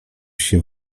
się